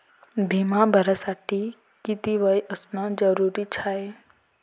बिमा भरासाठी किती वय असनं जरुरीच हाय?